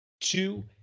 two